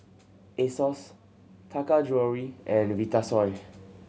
Asos Taka Jewelry and Vitasoy